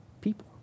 people